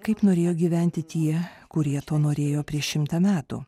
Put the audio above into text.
kaip norėjo gyventi tie kurie to norėjo prieš šimtą metų